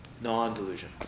non-delusion